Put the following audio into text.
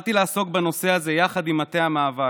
והתחלתי לעסוק בנושא הזה יחד עם מטה המאבק,